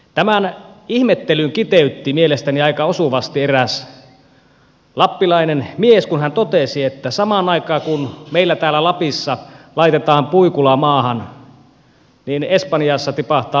tämän ihmettelyn kiteytti mielestäni aika osuvasti eräs lappilainen mies kun hän totesi että samaan aikaan kun meillä täällä lapissa laitetaan puikula maahan espanjassa tipahtaa omena suuhun